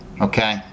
okay